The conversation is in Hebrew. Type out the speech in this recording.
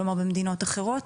כלומר במדינות אחרות?